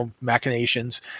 machinations